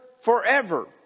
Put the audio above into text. forever